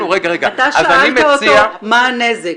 אתה שאלת אותו מה הנזק.